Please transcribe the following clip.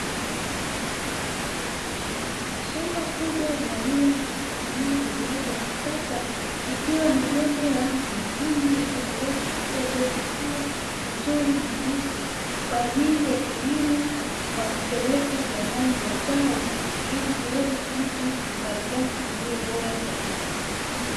Shamba kubwa linalimwa kwa kutumia ulimaji wa kisasa likiwa na jembe rangi nyekundu ikiendelea kutifua udongo huo mzuri mweusi, kwa ajili ya kilimo kwa kupeleka kiwandani mazao ili kuweza kupata malighafi iliyo bora zaidi.